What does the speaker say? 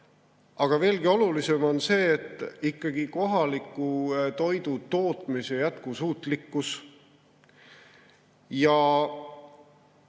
Aga veelgi olulisem on ikkagi kohaliku toidutootmise jätkusuutlikkus.